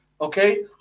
okay